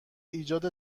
ایجاد